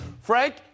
Frank